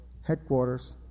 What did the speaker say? headquarters